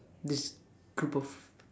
this group of